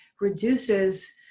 reduces